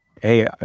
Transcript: hey